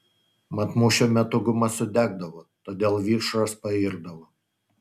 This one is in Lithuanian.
mat mūšio metu guma sudegdavo todėl vikšras pairdavo